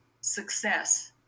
success